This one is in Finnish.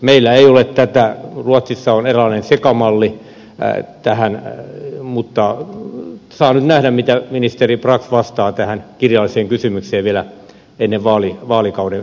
meillä ei ole tätä ruotsissa on eräänlainen sekamalli tästä mutta saa nyt nähdä mitä ministeri brax vastaa tähän kirjalliseen kysymykseen vielä ennen vaalikauden päättymistä